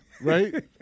right